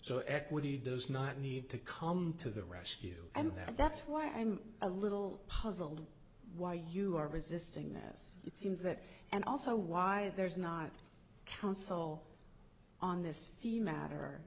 so equity does not need to come to the rescue and that's why i'm a little puzzled why you are resisting this it seems that and also why there's not a council on this matter